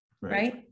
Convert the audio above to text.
Right